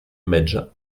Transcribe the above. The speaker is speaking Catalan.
metge